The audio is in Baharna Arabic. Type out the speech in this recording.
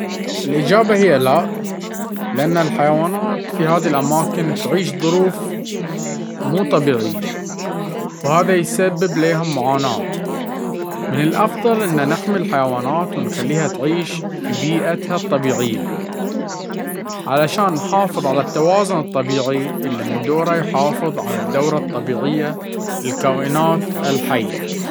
لا، لأن الحيوانات في هذي الأماكن تعيش ظروف مش طبيعية، وهذا يسبب لهم معاناة. من الأفضل انه نحمي الحيوانات ونخليها تعيش في بيئتها الطبيعية, علشان نحافظ على التوازن الطبيعي اللي من دوره يحافظ على الدورة الطبيعية للكائنات الحية,